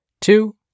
Two